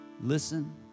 listen